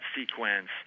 sequence